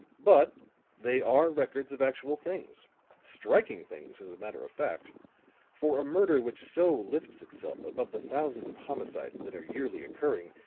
but they are records of actual things striking things, as a matter of fact for a murder which so lifts itself above the thousands of homicides that are yearly occurring,